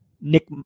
Nick